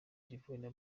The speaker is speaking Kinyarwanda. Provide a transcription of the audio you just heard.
d’ivoire